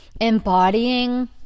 embodying